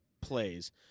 plays